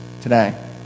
today